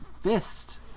fist